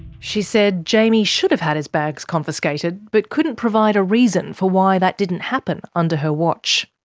she said jaimie should have had his bags confiscated, but couldn't provide a reason for why that didn't happen under her watch.